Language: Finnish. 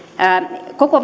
koko